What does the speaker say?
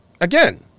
Again